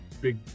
big